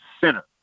center